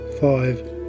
five